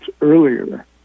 earlier